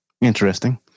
Interesting